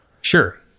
Sure